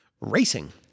racing